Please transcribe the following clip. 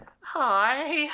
Hi